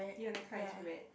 ya the car is red